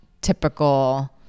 typical